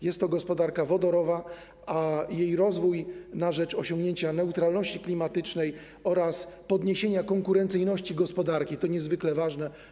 Jest to gospodarka wodorowa, a jej rozwój na rzecz osiągnięcia neutralności klimatycznej oraz podniesienia konkurencyjności gospodarki jest niezwykle ważny.